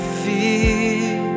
fear